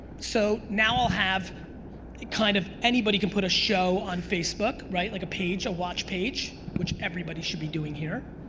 so now i'll have kind of anybody can put a show on facebook, right? like a page, a watch page, which everybody should be doing here.